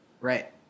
Right